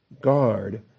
guard